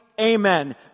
amen